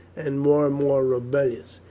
and more and more rebellious.